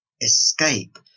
escape